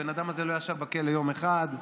הבן אדם הזה לא ישב בכלא יום אחד.